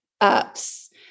ups